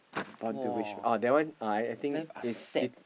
born to rich oh that one I I think is